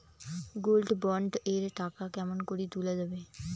Gold bond এর টাকা কেমন করি তুলা যাবে?